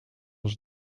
als